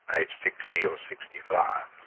age sixty or sixty five.